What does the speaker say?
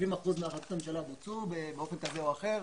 אחוזים מהחלטות הממשלה בוצעו באופן כזה או אחר.